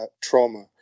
trauma